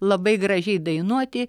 labai gražiai dainuoti